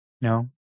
No